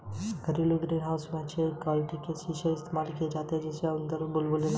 घरेलू green house में अच्छी क्वालिटी के शीशे का इस्तेमाल किया जाता है जिनके अंदर बुलबुले ना हो